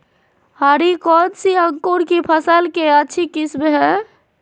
हरी कौन सी अंकुर की फसल के अच्छी किस्म है?